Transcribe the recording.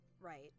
Right